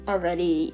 Already